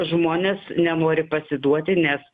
žmonės nenori pasiduoti nes